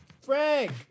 Frank